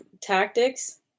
tactics